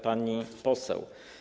Pani Poseł!